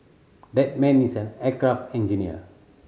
that man is an aircraft engineer